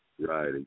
Right